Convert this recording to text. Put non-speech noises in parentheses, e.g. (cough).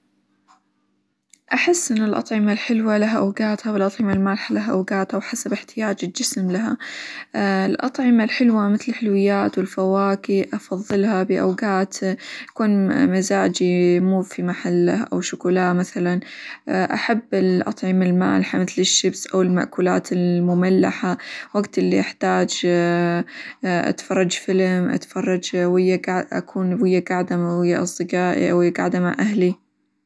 أحس إنه الأطعمة الحلوة لها أوقاتها، والأطعمة المالحة لها أوقاتها، وحسب إحتياج الجسم لها، (hesitation) الأطعمة الحلوة مثل: الحلويات، والفواكه أفظلها بأوقات تكون مزاجي مو في محله، أو شوكولا مثلًا ، (hesitation) أحب الأطعمة المالحة متل: الشيبس أو المأكولات المملحة، وقت اللي أحتاج (hesitation) أتفرج فلم أتفرج -ويا أكون ويا قاعدة مو- ويا قاعدة مع أصدقائي، ويا قاعدة مع أهلي.